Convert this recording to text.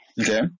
Okay